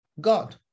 God